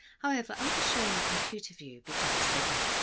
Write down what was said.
however, i'll be showing the computer view because it's bigger.